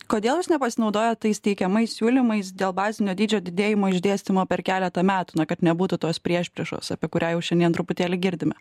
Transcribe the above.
kodėl jūs nepasinaudojat tais teikiamais siūlymais dėl bazinio dydžio didėjimo išdėstymo per keletą metų kad na nebūtų tos priešpriešos apie kurią jau šiandien truputėlį girdime